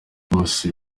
bose